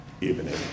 evening